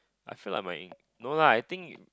I feel like my no lah I think